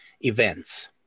events